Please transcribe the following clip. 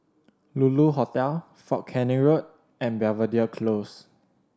Lulu Hotel Fort Canning Road and Belvedere Close